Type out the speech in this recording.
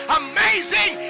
amazing